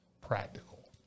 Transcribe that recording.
practical